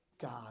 God